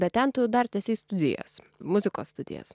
bet ten tu dar tęsei studijas muzikos studijas